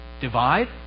divide